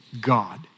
God